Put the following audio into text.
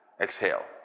exhale